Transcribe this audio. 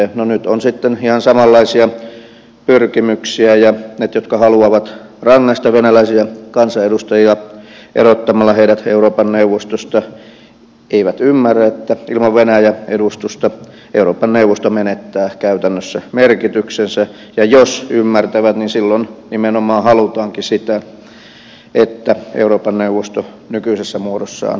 no nyt on sitten ihan samanlaisia pyrkimyksiä ja ne jotka haluavat rangaista venäläisiä kansanedustajia erottamalla heidät euroopan neuvostosta eivät ymmärrä että ilman venäjä edustusta euroopan neuvosto menettää käytännössä merkityksensä ja jos ymmärtävät niin silloin nimenomaan halutaankin sitä että euroopan neuvosto nykyisessä muodossaan tuhoutuu